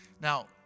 Now